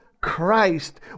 Christ